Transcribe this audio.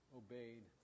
obeyed